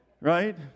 right